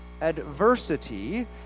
adversity